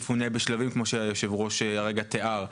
יפונה בשלבים כמו שהיו"ר הרגע תיאר.